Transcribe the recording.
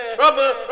Trouble